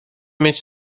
mieć